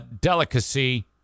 delicacy